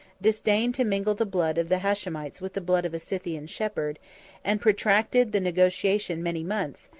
disdained to mingle the blood of the hashemites with the blood of a scythian shepherd and protracted the negotiation many months,